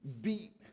beat